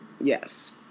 Yes